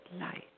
light